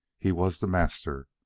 he was the master.